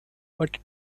but